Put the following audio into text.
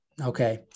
Okay